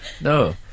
no